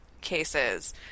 cases